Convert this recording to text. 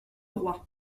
roi